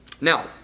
now